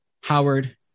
Howard